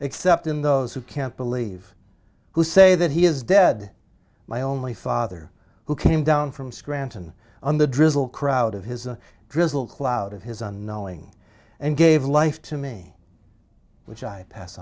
except in those who can't believe who say that he is dead my only father who came down from scranton on the drizzle crowd of his a drizzle clouded his unknowing and gave life to me which i pass